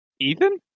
Ethan